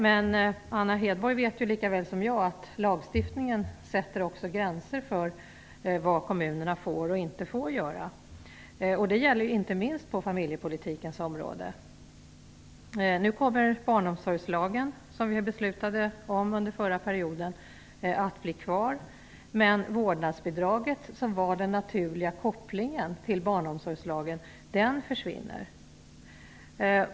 Men Anna Hedborg vet lika väl som jag att lagstiftningen sätter gränser för vad kommunerna får och inte får göra. Det gäller inte minst på familjepolitikens område. Den barnomsorgslag som beslutades under förra perioden kommer att vara kvar, men vårdnadsbidraget - som var den naturliga kopplingen till barnomsorgslagen - försvinner.